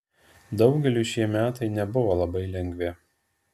daugeliui šie metai nebuvo labai lengvi